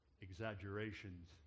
exaggerations